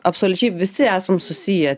absoliučiai visi esam susiję tie